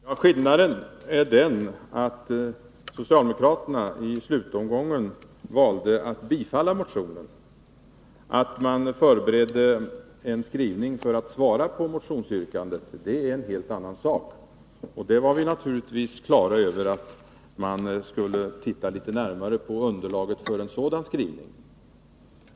Herr talman! Skillnaden är den att socialdemokraterna i slutomgången valde att tillstyrka motionen. Att man förberedde en skrivning som svar på motionsyrkandet är en helt annan sak. Vi andra var naturligtvis klara över att man skulle se närmare på underlaget för en sådan skrivning.